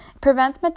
Prevents